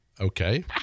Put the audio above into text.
Okay